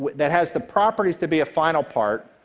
that has the properties to be a final part,